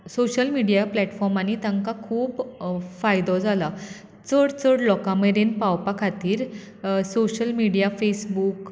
social media प्लॅटफॉर्मांनी तांकां खूब फायदो जाला चड चड लोकां मेरेन पावपा खातीर सोशल मिडिया फेसबुक